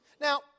Now